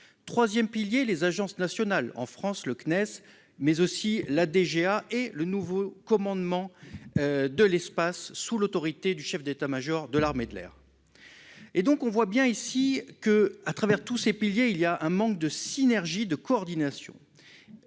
Troisième pilier : les agences nationales, c'est-à-dire, en France, le CNES mais encore la DGA et le nouveau commandement de l'espace, placé sous l'autorité du chef d'état-major de l'armée de l'air. On voit donc bien que, au travers de tous ces piliers, il y a un manque de synergie, de coordination.